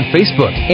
Facebook